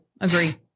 Agree